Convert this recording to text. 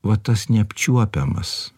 va tas neapčiuopiamas